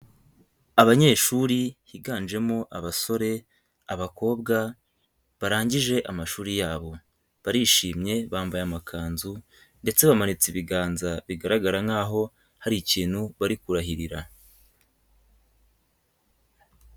Abanyeshuri biganjemo abasore, abakobwa barangije amashuri yabo. Barishimye bambaye amakanzu ndetse bamanitse ibiganza bigaragara nkaho hari ikintu bari kurahirira.